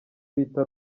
bita